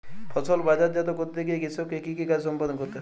ফসল বাজারজাত করতে গিয়ে কৃষককে কি কি কাজ সম্পাদন করতে হয়?